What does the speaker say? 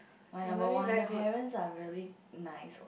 my number one the parents are really nice